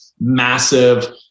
massive